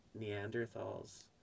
Neanderthals